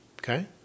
okay